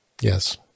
Yes